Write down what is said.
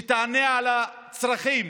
שתענה על הצרכים